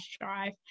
drive